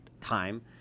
time